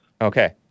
Okay